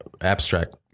abstract